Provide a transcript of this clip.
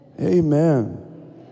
Amen